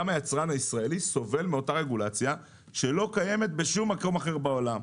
גם היצרן הישראלי סובל מאותה רגולציה שלא קיימת בשום מקום אחר בעולם.